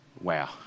wow